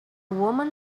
woman